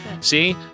See